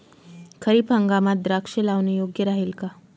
खरीप हंगामात द्राक्षे लावणे योग्य राहिल का?